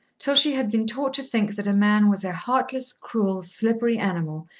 till she had been taught to think that a man was a heartless, cruel, slippery animal,